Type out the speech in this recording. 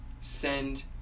Send